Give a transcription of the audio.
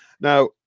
Now